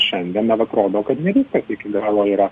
šiandien man atrodo kad ne viskas iki galo yra